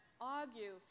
argue